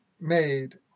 made